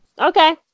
Okay